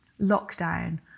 lockdown